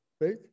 right